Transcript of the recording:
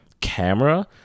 camera